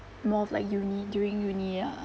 more of like uni during uni ah